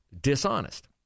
dishonest